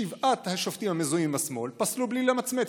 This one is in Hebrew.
שבעת השופטים המזוהים עם השמאל פסלו בלי למצמץ